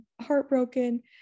heartbroken